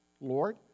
Lord